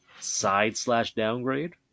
side-slash-downgrade